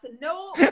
no